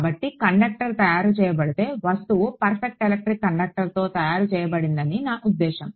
కాబట్టి కండక్టర్ తయారు చేయబడితే వస్తువు పర్ఫెక్ట్ ఎలక్ట్రిక్ కండక్టర్తో తయారు చేయబడిందని నా ఉద్దేశ్యం